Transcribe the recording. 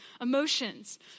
emotions